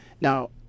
Now